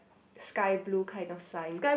sky blue kind of sign